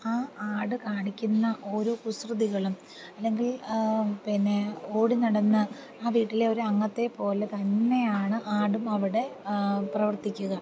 ആ ആട് കാണിക്കുന്ന ഓരോ കുസൃതികളും അല്ലെങ്കിൽ പിന്നെ ഓടി നടന്ന് ആ വീട്ടിലെ ഒരംഗത്തെ പോലെ തന്നെയാണ് ആടും അവിടെ പ്രവർത്തിക്കുക